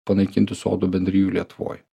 panaikinti sodų bendrijų lietuvoj